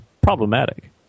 problematic